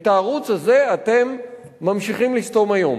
את הערוץ הזה אתם ממשיכים לסתום היום.